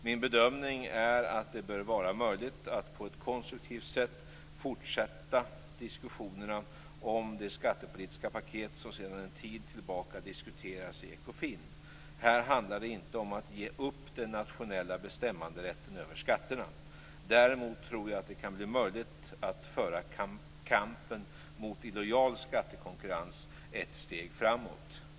Min bedömning är att det bör vara möjligt att på ett konstruktivt sätt fortsätta diskussionerna om det skattepolitiska paket som sedan en tid tillbaka diskuteras i Ekofin. Här handlar det inte om att ge upp den nationella bestämmanderätten över skatterna. Däremot tror jag att det kan bli möjligt att föra kampen mot illojal skattekonkurrens ett steg framåt.